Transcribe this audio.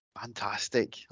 Fantastic